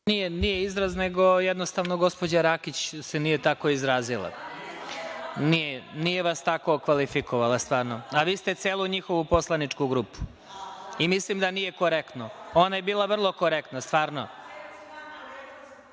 Nije izraz, nego jednostavno gospođa Rakić se nije tako izrazila. Nije vas tako kvalifikovala stvarno, a vi ste celu njihovu poslaničku grupi. Mislim da nije korektno. Ona je bila vrlo korektna stvarno.(Vjerica